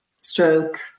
stroke